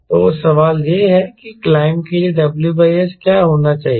तो सवाल यह है कि क्लाइंब के लिए WS क्या होना चाहिए